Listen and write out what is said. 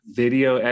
video